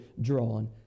drawn